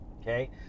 Okay